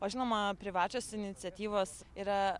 o žinoma privačios iniciatyvos yra